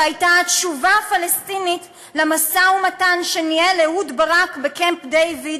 שהייתה התשובה הפלסטינית למשא-ומתן שניהל אהוד ברק בקמפ-דייוויד